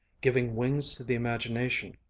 giving wings to the imagination,